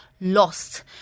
lost